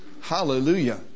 Hallelujah